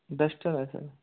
duster है sir